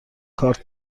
کارت